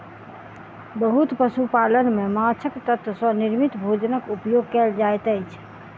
बहुत पशु पालन में माँछक तत्व सॅ निर्मित भोजनक उपयोग कयल जाइत अछि